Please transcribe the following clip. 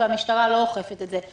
והמשטרה לא אוכפת את זה.